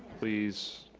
please.